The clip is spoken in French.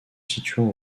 situant